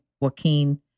Joaquin